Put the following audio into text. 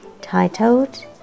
titled